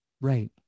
Right